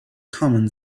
common